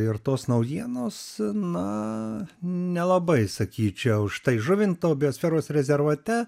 ir tos naujienos na nelabai sakyčiau štai žuvinto biosferos rezervate